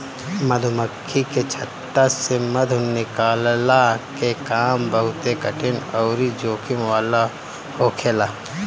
मधुमक्खी के छत्ता से मधु निकलला के काम बहुते कठिन अउरी जोखिम वाला होखेला